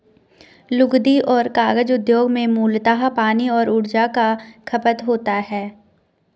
लुगदी और कागज उद्योग में मूलतः पानी और ऊर्जा का खपत होता है